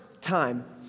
time